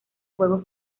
juegos